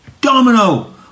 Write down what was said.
Domino